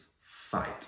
Fight